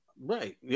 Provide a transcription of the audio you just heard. Right